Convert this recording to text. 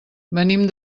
venim